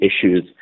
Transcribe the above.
issues